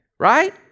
Right